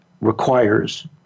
requires